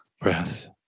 Breath